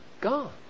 gone